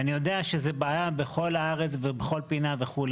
ואני יודע שזו בעיה בכל הארץ ובכל פינה וכו'.